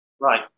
Right